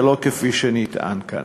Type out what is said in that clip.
ולא כפי שנטען כאן.